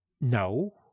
no